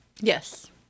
Yes